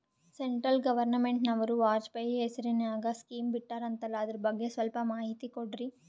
Central ಗವರ್ನಮೆಂಟನವರು ವಾಜಪೇಯಿ ಹೇಸಿರಿನಾಗ್ಯಾ scheme ಬಿಟ್ಟಾರಂತಲ್ಲ ಅದರ ಬಗ್ಗೆ ಸ್ವಲ್ಪ ಮಾಹಿತಿ ಕೊಡ್ರಿ?